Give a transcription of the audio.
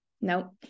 Nope